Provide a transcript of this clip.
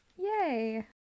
Yay